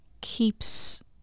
keeps